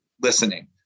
listening